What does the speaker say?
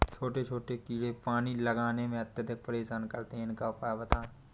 छोटे छोटे कीड़े पानी लगाने में अत्याधिक परेशान करते हैं इनका उपाय बताएं?